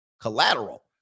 collateral